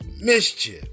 Mischief